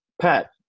Pat